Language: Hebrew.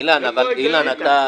איפה ההיגיון כאן?